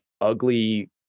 ugly